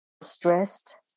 stressed